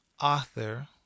author